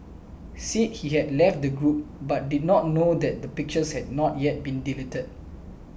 said he had left the group but did not know that the pictures had not yet been deleted